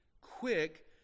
quick